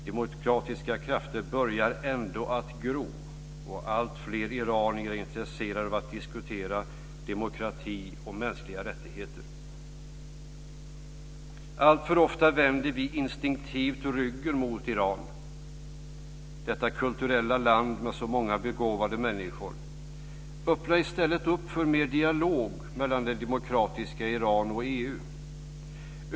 Demokratiska krafter börjar ändå att gro, och alltfler iranier är intresserade av att diskutera demokrati och mänskliga rättigheter. Alltför ofta vänder vi instinktivt ryggen mot Iran - detta kulturella land med så många begåvade människor. Öppna i stället upp för mer dialog mellan det demokratiska Iran och EU.